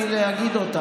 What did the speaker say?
מה זה קשור להצעה?